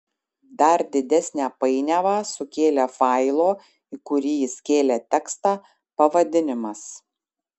dar didesnę painiavą sukėlė failo į kurį jis kėlė tekstą pavadinimas